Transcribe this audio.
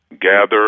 gather